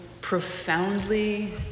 profoundly